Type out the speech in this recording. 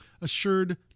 Assured